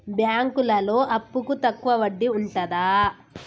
బ్యాంకులలో అప్పుకు తక్కువ వడ్డీ ఉంటదా?